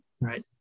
right